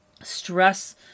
stress